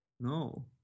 No